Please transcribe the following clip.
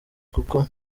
kuko